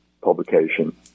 publication